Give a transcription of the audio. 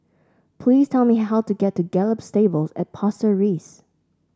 please tell me how to get to Gallop Stables at Pasir Ris